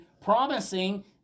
promising